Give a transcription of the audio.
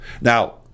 Now